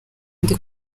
ndi